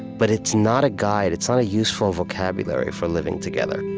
but it's not a guide. it's not a useful vocabulary for living together